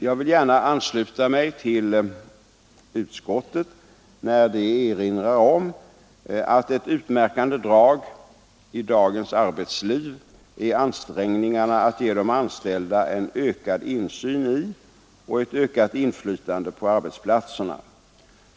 Jag vill gärna ansluta mig till utskottet, när det erinrar om att ett utmärkande drag i dagens arbetsliv är ansträngningarna att ge de anställda en ökad insyn i och ett ökat inflytande på arbetsplatserna.